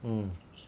mm